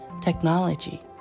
technology